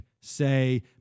say